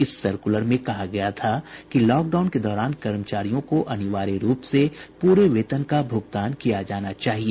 इस सर्कुलर में कहा गया था कि लॉकडाउन के दौरान कर्मचारियों को अनिवार्य रूप से पूरे वेतन का भुगतान किया जाना चाहिए